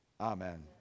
amen